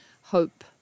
hope